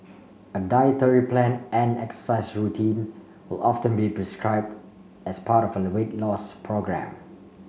a dietary plan and exercise routine will often be prescribe as part of a weight loss programme